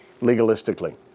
legalistically